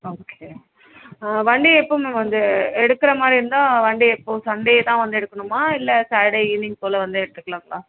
okay ah வண்டி எப்போ ma'am வந்து எடுக்குறமாதிரி இருந்தால் வண்டி எப்போ சண்டே தான் வந்து எடுக்கணுமா இல்லை சேட்டர்டே ஈவினிங் போல் வந்து எடுத்துக்கலாங்களா